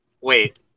wait